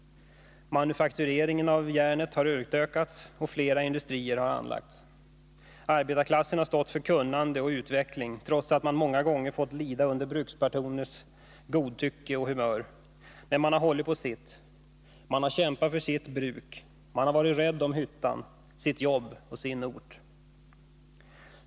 Manufaktureringen av järnet har utökats, och flera industrier har anlagts. Arbetarklassen har stått för Kunnande och utveckling, trots att man många gånger fått lida under brukspatronernas godtycke och humör. Men man har hållit på sitt — man har kämpat för sitt bruk, och man har varit rädd om hyttan, sitt jobb och sin ort.